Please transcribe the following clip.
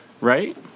Right